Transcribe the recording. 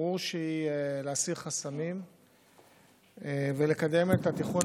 ברור שהיא להסיר חסמים ולקדם את התכנון